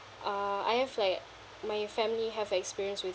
uh I have like my family have experience with